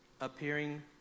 appearing